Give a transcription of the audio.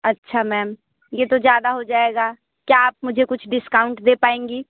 अच्छा मैम यह तो ज़्यादा हो जाएगा क्या आप मुझे कुछ डिस्काउंट दे पाएँगी